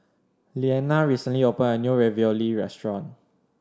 Leana recently opened a new Ravioli restaurant